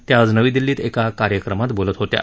त्या आज नवी दिल्लीत एका कार्यक्रमात बोलत होत्या